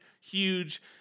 huge